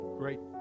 great